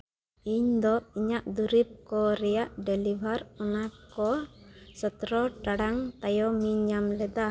ᱤᱧ ᱫᱚ ᱤᱧᱟᱹᱜ ᱫᱩᱨᱤᱵ ᱠᱚ ᱨᱮᱭᱟᱜ ᱰᱮᱞᱤᱵᱷᱟᱨ ᱚᱱᱟᱠᱚ ᱥᱚᱛᱨᱚ ᱴᱟᱲᱟᱝ ᱛᱟᱭᱚᱢ ᱤᱧ ᱧᱟᱢ ᱞᱮᱫᱟ